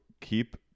keep